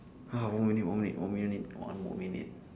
ha one minute one min~ one minute one more minute